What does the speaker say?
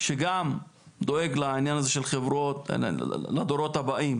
שגם דואג לעניין הזה של חברות לדורות הבאים